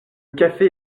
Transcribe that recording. café